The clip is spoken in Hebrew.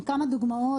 עם כמה דוגמאות,